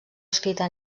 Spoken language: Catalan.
escrita